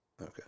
Okay